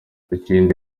ikindi